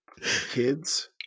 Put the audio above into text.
Kids